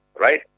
right